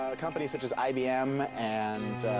ah companies such as ibm and.